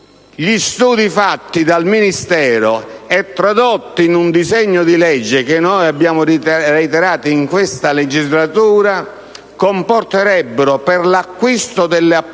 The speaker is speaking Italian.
Studi condotti dal Ministero e tradotti in un disegno di legge che noi abbiamo reiterato in questa legislatura comporterebbero, per l'acquisto delle